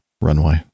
runway